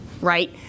Right